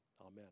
Amen